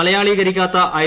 മലയാളീകരിക്കാത്ത I